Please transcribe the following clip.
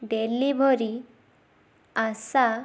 delivery ଆଶା